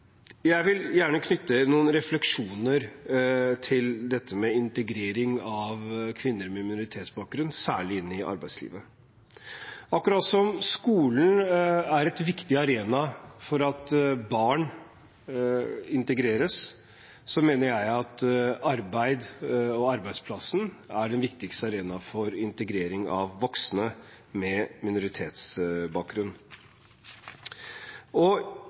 Jeg vil gjerne knytte noen refleksjoner til integrering av kvinner med minoritetsbakgrunn særlig inn i arbeidslivet. Akkurat som skolen er en viktig arena for å integrere barn, mener jeg at arbeid og arbeidsplassen er den viktigste arenaen for integrering av voksne med minoritetsbakgrunn.